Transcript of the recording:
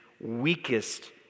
weakest